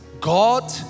God